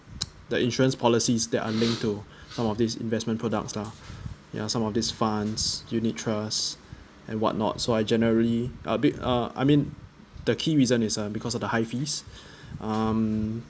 the insurance policies that are linked to some of these investment products lah ya some of these funds unit trust and what not so I generally a bit uh I mean the key reason is um because of the high fees um